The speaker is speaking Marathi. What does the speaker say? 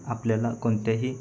आपल्याला कोणत्याही